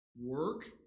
Work